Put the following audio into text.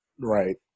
Right